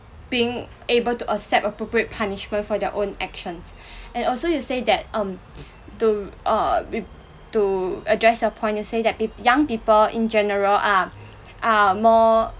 being able to accept appropriate punishment for their own actions and also you say that um to err re~ to address your point you say that young people in general are are more